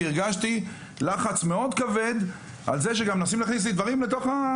כי הרגשתי לחץ מאוד כבד על זה שגם מנסים להכניס לי דברים לעניין,